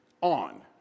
on